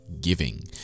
Giving